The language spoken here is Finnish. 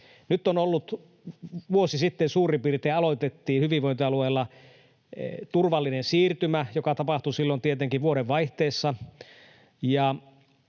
vuosi sitten suurin piirtein aloitettiin — hyvinvointialueilla turvallinen siirtymä, joka tapahtui silloin tietenkin vuodenvaihteessa,